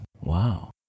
Wow